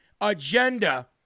agenda